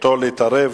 זכותו להתערב